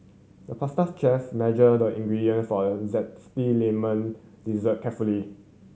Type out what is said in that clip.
the pastry chef measured the ingredient for a zesty lemon dessert carefully